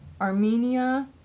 Armenia